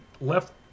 left